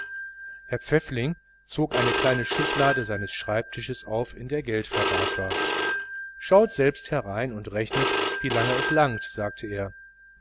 herr pfäffling zog eine kleine schublade seines schreibtisches auf in der geld verwahrt war schaut selbst herein und rechnet wie weit es langt sagte er